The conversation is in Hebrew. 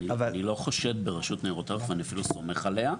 אני לא חושד ברשות לניירות ערך ואפילו סומך עליה,